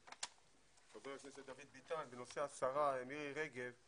חבר הכנסת דוד ביטן, בנושא השרה מירי רגב.